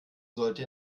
sollte